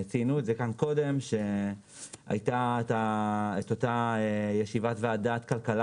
ציינו את זה כאן קודם שהייתה אותה ישיבת ועדה כלכלה